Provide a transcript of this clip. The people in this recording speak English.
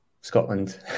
Scotland